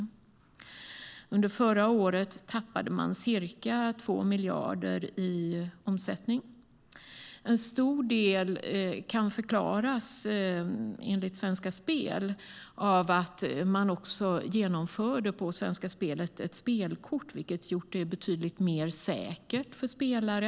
Under förra året tappade man ca 2 miljarder i omsättning. En stor del kan enligt Svenska Spel förklaras av att man där genomförde ett spelkort, vilket har gjort det betydligt mer säkert för spelare.